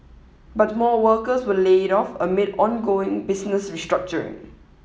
but more workers were laid off amid ongoing business restructuring